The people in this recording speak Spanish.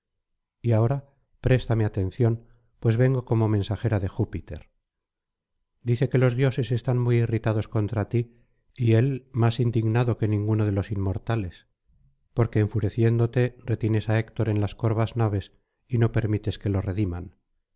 y ahora préstame atención pues vengo como mensajera de júpiter dice que los dioses están muy irritados contra ti y él más indignado que ninguno de los inmortales porque enfureciéndote retienes á héctor en las corvas naves y no permites que lo rediman